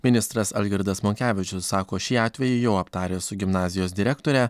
ministras algirdas monkevičius sako šį atvejį jau aptaręs su gimnazijos direktore